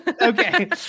Okay